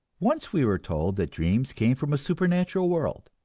once we were told that dreams came from a supernatural world